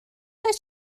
oes